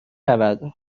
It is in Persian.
رود